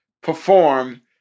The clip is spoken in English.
perform